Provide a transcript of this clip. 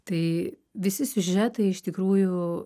tai visi siužetai iš tikrųjų